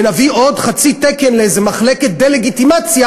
ונביא עוד חצי תקן לאיזה מחלקת דה-לגיטימציה,